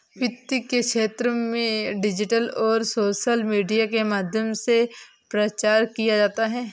वित्त के क्षेत्र में डिजिटल और सोशल मीडिया के माध्यम से प्रचार किया जाता है